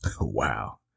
Wow